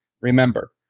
Remember